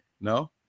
no